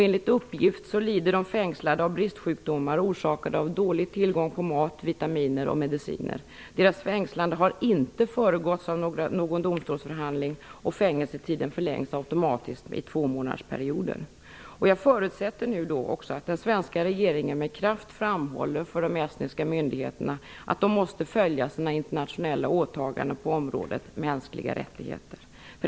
Enligt uppgift lider de fängslade av bristsjukdomar, orsakade av dålig tillgång på mat, vitaminer och mediciner. Deras fängslande har inte föregåtts av någon domstolsförhandling, och fängelsetiden förlängs automatiskt i tvåmånadersperioder. Jag förutsätter att den svenska regeringen nu med kraft framhåller för de estniska myndigheterna att de måste följa sina internationella åtaganden på området mänskliga rättigheter.